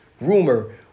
rumor